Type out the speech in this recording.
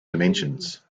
dimensions